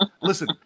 Listen